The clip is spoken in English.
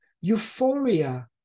euphoria